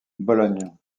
bologne